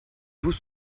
vous